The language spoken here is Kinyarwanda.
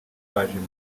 bajemo